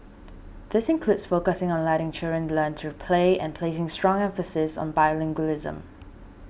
these include focusing on letting children learn through play and placing strong emphasis on bilingualism